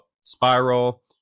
Spiral